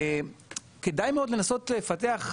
כדאי מאוד לנסות לפתח,